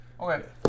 Okay